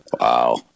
Wow